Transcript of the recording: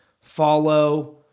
follow